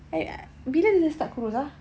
eh bila di~ dia start kurus ah